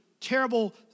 Terrible